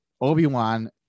Obi-Wan